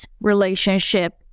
relationship